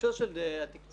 בהקשר של התקצוב,